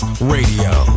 Radio